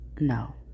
no